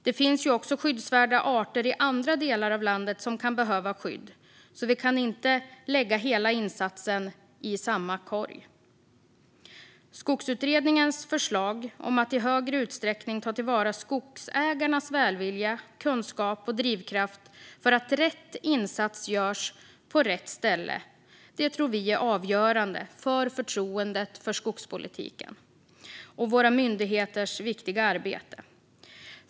Det finns också skyddsvärda arter i andra delar av landet, så vi kan inte lägga hela insatsen i samma korg. Skogsutredningens förslag om att i högre utsträckning ta till vara skogsägarnas välvilja, kunskap och drivkraft för att rätt insats ska göras på rätt ställe tror vi är avgörande för förtroendet för skogspolitiken och våra myndigheters viktiga arbete.